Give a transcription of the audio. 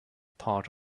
part